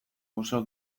oso